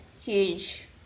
huge